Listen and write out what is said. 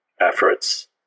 efforts